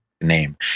name